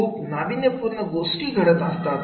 खूप नाविन्यपूर्ण गोष्टी घडत असतात